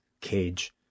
cage